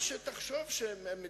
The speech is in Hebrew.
שזה רוב